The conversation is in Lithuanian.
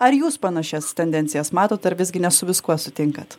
ar jūs panašias tendencijas matot ar visgi ne su viskuo sutinkat